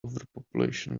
overpopulation